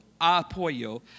apoyo